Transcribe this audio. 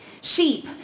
Sheep